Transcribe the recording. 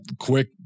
quick